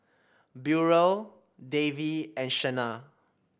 Burrell Davy and Shenna